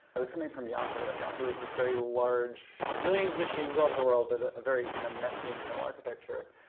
i was coming from yahoo and yahoo is this very large millions machines all over the world, but a very kind of messy internal architecture,